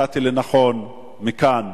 מצאתי לנכון לשלוח מכאן